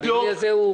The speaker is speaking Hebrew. הבינוי הזה ריק.